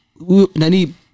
Nani